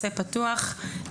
נגיד את ראש המועצה ואתה אומר כן,